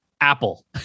Apple